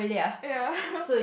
ya